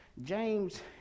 James